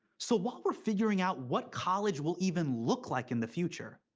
so while we're figuring out what college will even look like in the future,